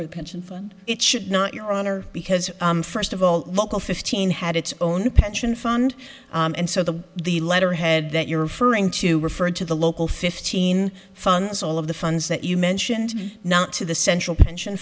or pension fund it should not your honor because first of all local fifteen had its own pension fund and so the the letterhead that you're referring to referred to the local fifteen funds all of the funds that you mentioned not to the central pension